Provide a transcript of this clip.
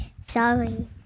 Sorry